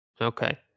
Okay